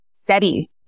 steady